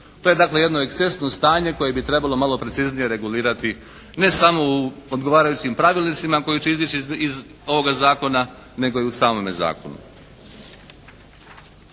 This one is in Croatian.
dakle jedno ekscesno stanje koje bi trebalo malo preciznije regulirati ne samo u odgovarajućim pravilnicima koji će izići iz ovoga zakona nego i u samome zakonu.